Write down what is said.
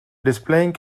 displaying